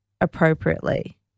appropriately